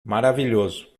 maravilhoso